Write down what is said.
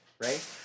right